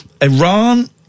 Iran